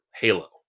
Halo